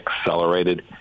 accelerated